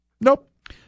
nope